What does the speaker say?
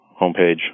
homepage